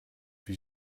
wie